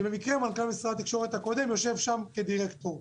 שבמקרה מנכ"ל התקשורת הקודם יושב שם כדירקטור.